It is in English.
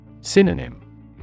Synonym